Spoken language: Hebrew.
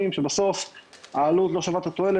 אבל היא נבעה משיקולים מקצועיים שבסוף העלות לא שווה את התועלת,